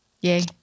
Yay